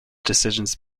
decisions